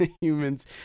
humans